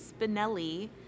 Spinelli